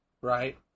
Right